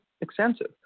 extensive